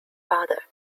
father